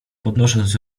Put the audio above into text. podnosząc